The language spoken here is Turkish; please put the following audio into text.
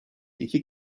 iki